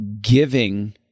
giving